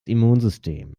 immunsystem